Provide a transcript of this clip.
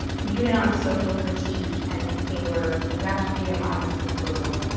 unit on social critique, and they were about to read a modest proposal.